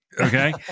Okay